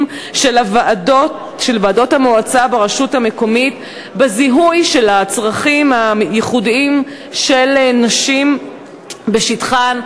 של ועדות המועצה ברשות מקומית בזיהוי של הצרכים הייחודיים של נשים בשטחן,